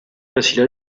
facile